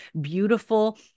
beautiful